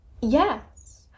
Yes